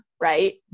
right